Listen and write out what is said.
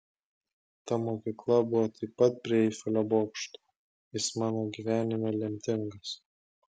ta mokykla buvo taip pat prie eifelio bokšto jis mano gyvenime lemtingas